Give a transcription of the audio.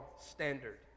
standard